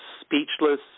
speechless